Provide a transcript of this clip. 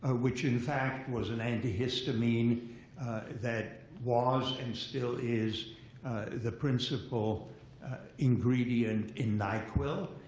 ah which, in fact, was an anti-histamine that was and still is the principal ingredient in nyquil,